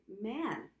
man